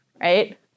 Right